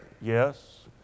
Yes